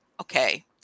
okay